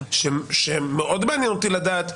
שמאוד מעניין אותי לדעת.